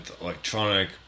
electronic